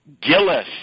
Gillis